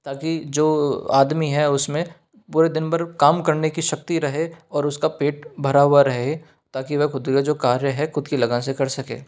ताकि जो आदमी है उसमें पूरे दिन भर काम करने की शक्ति रहे और उसका पेट भरा हुआ रहे ताकि वह ख़ुद का जो कार्य हो ख़ुद की लगन से कर सके